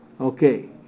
Okay